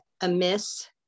amiss